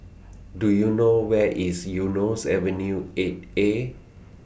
Do YOU know Where IS Eunos Avenue eight A